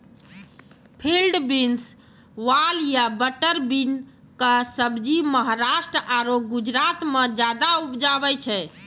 field beans, वाल या butter bean कॅ सब्जी महाराष्ट्र आरो गुजरात मॅ ज्यादा उपजावे छै